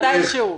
מתישהו.